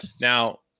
now